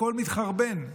הכול מתחרבן,